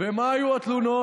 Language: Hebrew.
על מה היו התלונות?